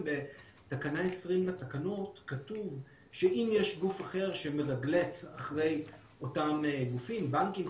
בתקנה 20 לתקנות כתוב שאם יש גוף אחר שמאסדר אחרי אותם גופים כמו בנקים,